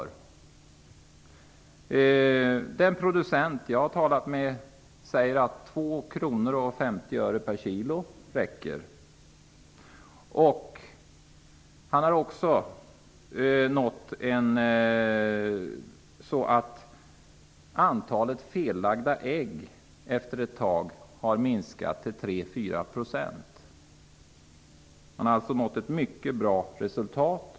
Den producent jag har talat med säger att 2:50 kr per kilo räcker. Han har också uppnått att antalet fellagda ägg efter ett tag har minskat till 3--4 %. Han har således fått ett mycket bra resultat.